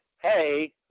hey